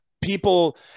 People